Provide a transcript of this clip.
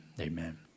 Amen